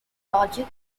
project